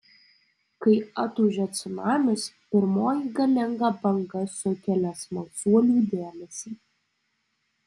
kai atūžia cunamis pirmoji galinga banga sukelia smalsuolių dėmesį